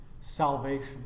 salvation